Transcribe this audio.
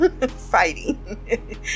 fighting